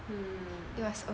hmm